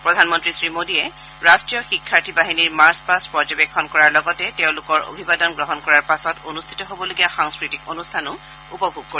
প্ৰধানমন্ত্ৰী শ্ৰী মোডীয়ে ৰাষ্টীয় শিক্ষাৰ্থী বাহিনীৰ মাৰ্চ পাষ্ট পৰ্যবেক্ষণ কৰাৰ লগতে তেওঁলোকৰ অভিবাদন গ্ৰহণ কৰাৰ পাছত অনুষ্ঠিত হ'বলগীয়া সাংস্কৃতিক অনুষ্ঠানো উপভোগ কৰিব